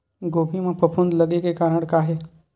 गोभी म फफूंद लगे के का कारण हे?